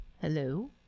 Hello